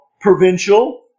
provincial